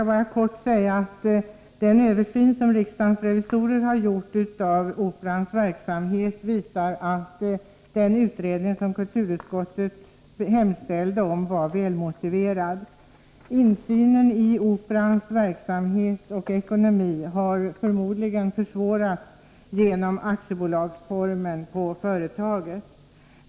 Herr talman! Den översyn som riksdagens revisorer har gjort av Operans verksamhet visar att den utredning som kulturutskottet hemställde om var välmotiverad. Insynen i Operans verksamhet och ekonomi har förmodligen försvårats genom aktiebolagsformen på företaget.